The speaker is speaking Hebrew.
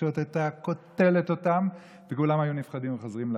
התקשורת הייתה קוטלת אותם וכולם היו נפחדים וחוזרים,